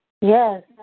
Yes